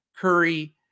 Curry